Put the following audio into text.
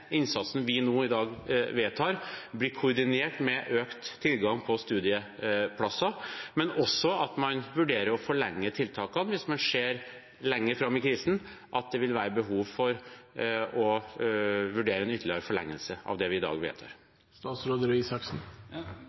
innsatsen vi nå i dag vedtar, blir koordinert med økt tilgang på studieplasser, men også at man vurderer å forlenge tiltakene hvis man ser lenger fram i krisen at det vil være behov for å vurdere en ytterligere forlengelse av det vi i dag